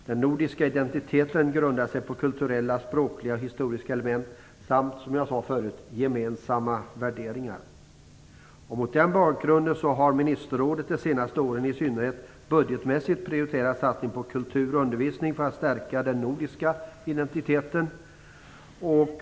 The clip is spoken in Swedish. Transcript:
Den nordiska identiteten grundar sig på kulturella, språkliga och historiska element samt, som jag sade förut, gemensamma värderingar. Mot den bakgrunden har ministerrådet i synnerhet under de senaste åren budgetmässigt prioriterat en satsning på kultur och undervisning för att stärka den nordiska identiteten.